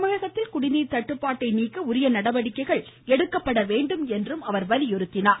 தமிழகத்தில் குடிநீர் தட்டுப்பாட்டை நீக்க உரிய நடவடிக்கைகள் எடுக்கப்பட வேண்டும் என்றும் அவர் வலியுறுத்தினார்